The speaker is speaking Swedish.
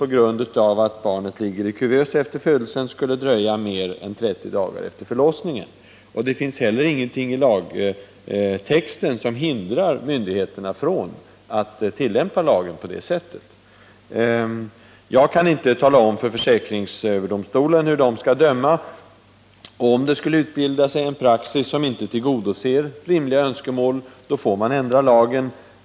på grund av att barnet ligger i kuvös efter födelsen — skulle dröja mer än 30 dagar efter förlossningen. Det finns heller ingenting i lagtexten som hindrar myndigheterna från att tillämpa lagen på det sättet. Jag kan inte tala om för försäkringsöverdomstolen hur den skall döma. Om det skulle utbildas en praxis som inte tillgodoser rimliga önskemål får man ändra lagen.